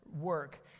work